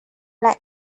live